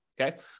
Okay